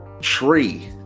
Tree